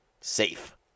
safe